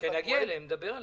כשנגיע אליהן, נדבר עליהן.